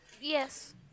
yes